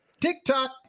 TikTok